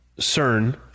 CERN